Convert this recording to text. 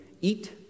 eat